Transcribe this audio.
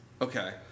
Okay